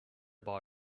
boy